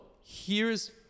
here's-